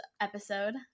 episode